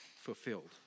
fulfilled